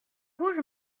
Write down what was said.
rouge